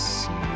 see